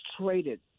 traded